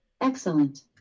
Excellent